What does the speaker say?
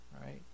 Right